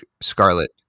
Scarlet